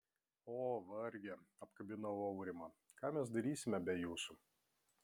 o varge apkabinau aurimą ką mes darysime be jūsų